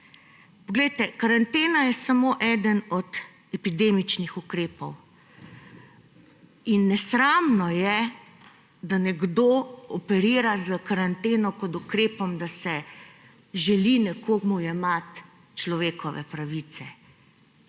Poglejte, karantena je samo eden od epidemičnih ukrepov in nesramno je, da nekdo operira s karanteno kot ukrepom, da se želi nekomu jemati človekove pravice